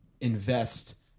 invest